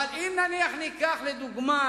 אבל, אם נניח ניקח לדוגמה